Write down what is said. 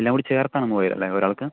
എല്ലാം കൂടി ചേർത്താണ് മൂവായിരം അല്ലേ ഒരാൾക്ക്